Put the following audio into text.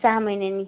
सहा महिन्यानी